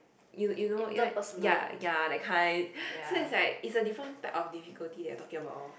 you you know right ya ya that kind so it's like is a different type of difficulty that we are talking about lor